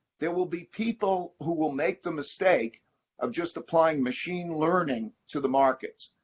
there will be people who will make the mistake of just applying machine learning to the markets.